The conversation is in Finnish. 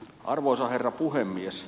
arvoisa herra puhemies